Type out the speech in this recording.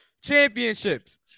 Championships